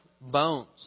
bones